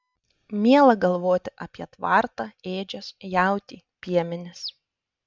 miela galvoti apie tvartą ėdžias jautį piemenis